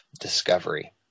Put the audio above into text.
discovery